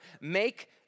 Make